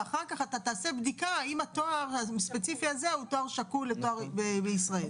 ואחר כך אתה תעשה בדיקה האם התואר הספציפי הזה שקול לתואר בישראל.